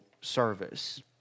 service